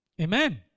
Amen